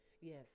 yes